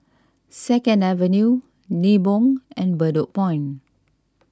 Second Avenue Nibong and Bedok Point